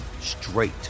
straight